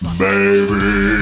baby